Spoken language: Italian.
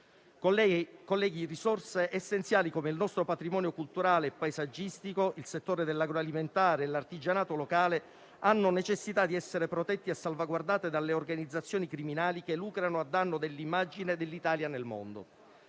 Colleghi, risorse essenziali come il nostro patrimonio culturale e paesaggistico, il settore dell'agroalimentare e l'artigianato locale hanno necessità di essere protetti e salvaguardati dalle organizzazioni criminali che lucrano a danno dell'immagine dell'Italia nel mondo.